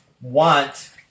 want